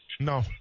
No